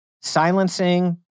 silencing